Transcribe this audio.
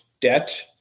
debt